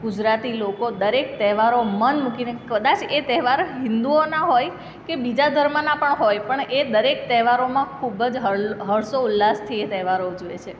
ગુજરાતી લોકો દરેક તહેવારો મન મૂકીને કદાચ એ તહેવાર હિન્દુઓના હોય કે બીજા ધર્મના પણ હોય પણ એ દરેક તહેવારોમાં ખૂબ જ હલ્લો હર્ષો ઉલ્લાસથી એ તહેવારો ઉજવે છે